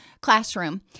classroom